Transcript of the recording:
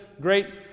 Great